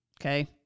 Okay